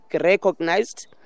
recognized